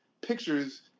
pictures